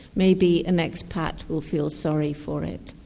maybe an ex-pat will feel sorry for it.